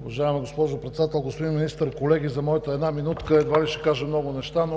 Уважаема госпожо Председател, господин Министър, колеги! За моята една минутка едва ли ще кажа много неща.